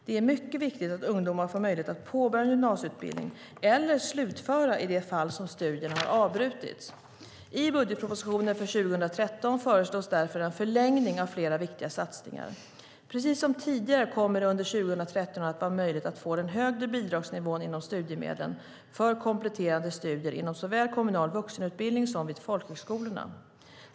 Det är mycket viktigt att ungdomar får möjlighet att påbörja en gymnasieutbildning - eller slutföra i de fall som studierna har avbrutits. I budgetpropositionen för 2013 föreslås därför förlängning av flera viktiga satsningar. Precis som tidigare kommer det under 2013 att vara möjligt att få den högre bidragsnivån inom studiemedlen för kompletterande studier såväl inom kommunal vuxenutbildning som vid folkhögskola.